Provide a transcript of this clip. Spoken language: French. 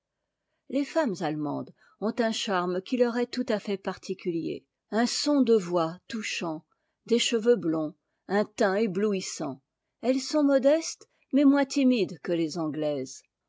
les femmes allemandes ont un charme qui leur est tout à fait particulier un sonde voix touchant des cheveux blonds un teint éblouissant elles sont modestes mais moins timides que tes anglaises